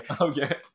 okay